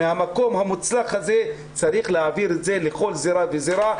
מהמקום המוצלח הזה צריך להעביר את זה לכל זירה וזירה,